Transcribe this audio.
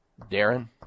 darren